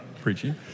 preaching